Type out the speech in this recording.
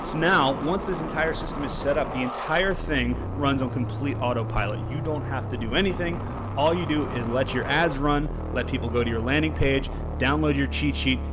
now once this entire system is set up, the entire thing runs on complete autopilot, you don't have to do anything all you do is let your ads run, let people go to your landing page, download your cheat sheet,